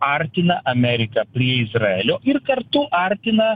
artina ameriką į izraelio ir kartu artina